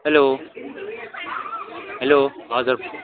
hello hello हजुर